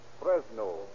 Fresno